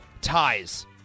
Ties